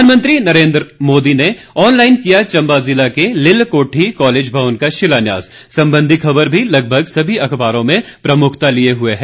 प्रधानमंत्री नरेन्द्र मोदी ने ऑनलाइन किया चंबा जिला के लिल्ह कोठी कॉलेज भवन का शिलान्यास संबंधी खबर भी लगभग सभी अखबारों में प्रमुखता लिए हुए है